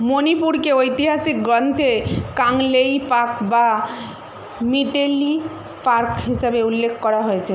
মণিপুরকে ঐতিহাসিক গ্রন্থে কাংলেইপাক বা মেইতেইলেইপাক হিসাবে উল্লেখ করা হয়েছে